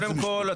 קודם כל,